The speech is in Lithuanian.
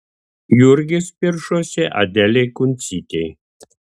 jurgis piršosi adelei kuncytei